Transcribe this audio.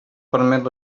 permet